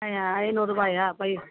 ஐநூறுபாயா by